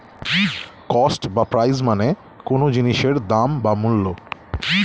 cost বা price মানে কোনো জিনিসের দাম বা মূল্য